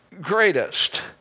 greatest